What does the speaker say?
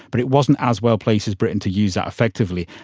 but it wasn't as well placed as britain to use that effectively.